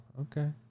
okay